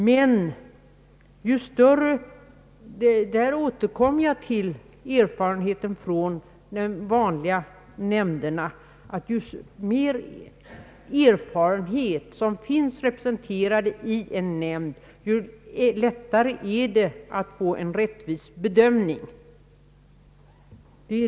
Men där återkommer jag till erfarenheter från de vanliga nämnderna, att ju mer er farenhet som finns representerad i en nämnd, ju lättare är det att få en rättvis bedömning.